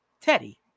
Teddy